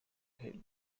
hill